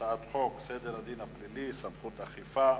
הצעת חוק סדר הדין הפלילי (סמכויות אכיפה,